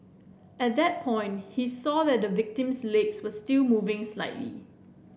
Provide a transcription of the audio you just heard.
at that point he saw that the victim's legs were still moving slightly